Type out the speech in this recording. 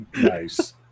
Nice